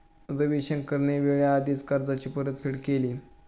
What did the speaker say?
रविशंकरने वेळेआधीच कर्जाची परतफेड केली